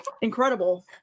incredible